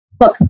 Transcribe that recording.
Look